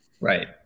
Right